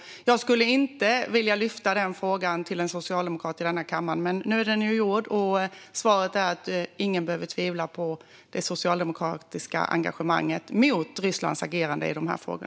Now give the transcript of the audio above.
Jag skulle alltså inte vilja lyfta den frågan till en socialdemokrat i denna kammare. Nu är det dock gjort, och svaret är att ingen behöver tvivla på det socialdemokratiska engagemanget mot Rysslands agerande i dessa frågor.